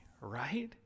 right